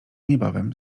niebawem